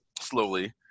slowly